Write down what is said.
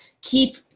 keep